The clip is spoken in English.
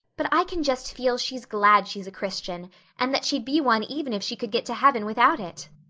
but i can just feel she's glad she's a christian and that she'd be one even if she could get to heaven without it.